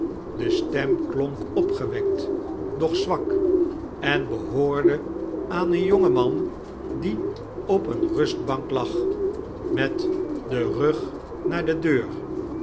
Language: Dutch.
de stem klonk opgewekt doch zwak en behoorde aan een jongen man die op eene rustbank lag met den rug naar de deur